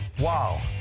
Wow